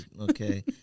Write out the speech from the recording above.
okay